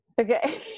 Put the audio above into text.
Okay